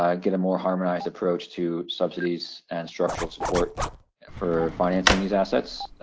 ah get a more harmonized approach to subsidies and structural support for financing these assets,